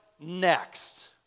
next